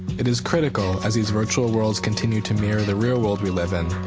it is critical, as these virtual worlds continue to mirror the real world we live in,